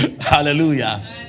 Hallelujah